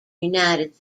united